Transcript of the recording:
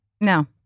No